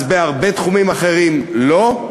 אז בהרבה תחומים אחרים לא?